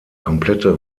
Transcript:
komplette